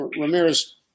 Ramirez